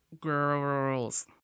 girls